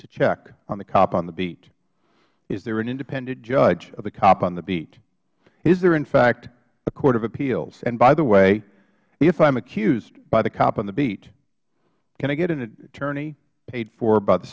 to check on the cop on the beat is there an independent judge of the cop on the beat is there in fact a court of appeals and by the way if i am accused by the cop on the beat can i get an attorney paid for by the